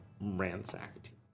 ransacked